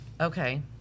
Okay